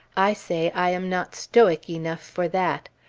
i say i am not stoic enough for that.